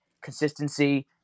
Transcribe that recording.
consistency